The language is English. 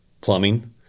plumbing